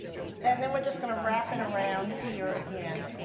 and then we're just going to wrap it around here again.